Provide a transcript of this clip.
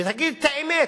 להגיד את האמת,